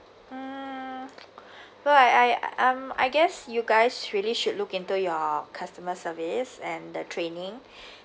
hmm uh I I um I guess you guys really should look into your customer service and the training